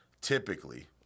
Typically